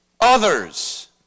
others